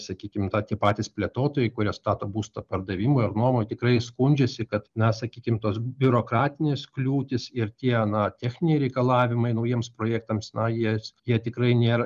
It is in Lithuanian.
sakykim tą tie patys plėtotojai kurie stato būstą pardavimui ar nuomai tikrai skundžiasi kad na sakykim tos biurokratinės kliūtys ir tie na techniniai reikalavimai naujiems projektams na jie jie tikrai nėr